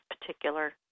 particular